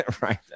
right